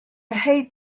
hate